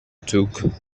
took